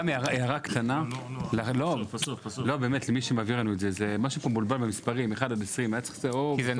סתם הערה קטנה למי שמעביר לנו את זה: משהו פה מבולבל במספרים 1-20. כי